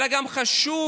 חשוב